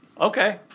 Okay